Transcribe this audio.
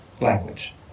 language